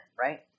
right